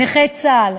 נכי צה"ל,